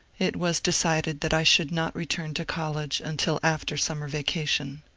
it was decided that i should not return to college until after summer vacation.